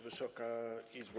Wysoka Izbo!